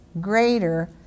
greater